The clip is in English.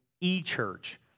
e-church